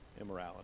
immorality